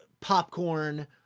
popcorn